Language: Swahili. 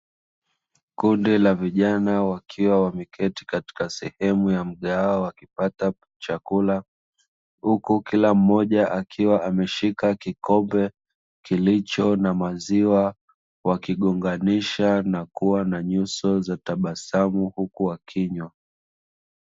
Kundi la vijana wakiwa wameketi katika sehemu ya mgahawa wakipata chakula, huku kila mmoja akiwa ameshika kikombe kilicho na maziwa, wakigonganisha na kuwa na nyuso za tabasamu huku wakinywa.